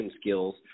skills